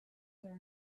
are